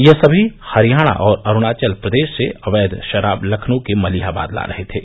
यह सभी हरियाणा और अरूणाचल प्रदेश से अवैध शराब लखनऊ के मलिहाबाद ला रहे थे